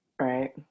Right